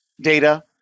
data